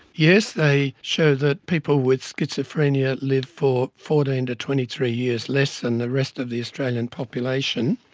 yes, they show that people with schizophrenia live for fourteen to twenty three years less than the rest of the australian population.